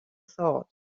thought